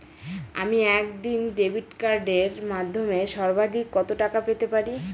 আমি একদিনে ডেবিট কার্ডের মাধ্যমে সর্বাধিক কত টাকা পেতে পারি?